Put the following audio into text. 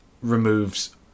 removes